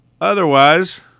Otherwise